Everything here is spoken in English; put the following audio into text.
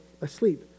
asleep